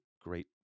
great